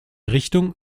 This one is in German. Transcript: richtung